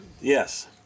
Yes